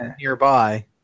nearby